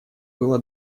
было